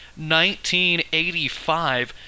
1985